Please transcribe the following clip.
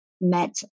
met